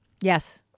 Yes